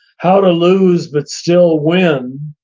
how to lose but still win.